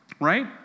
right